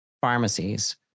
pharmacies